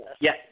yes